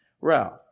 Ralph